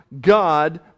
God